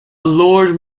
lord